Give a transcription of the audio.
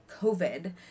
COVID